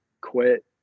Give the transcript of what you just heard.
quit